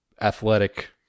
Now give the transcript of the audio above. athletic